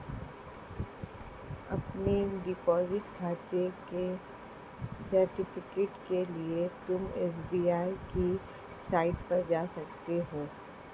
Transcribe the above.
अपने डिपॉजिट खाते के सर्टिफिकेट के लिए तुम एस.बी.आई की साईट पर जा सकते हो